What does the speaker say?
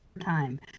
time